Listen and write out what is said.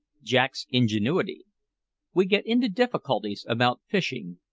jack's ingenuity we get into difficulties about fishing,